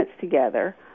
together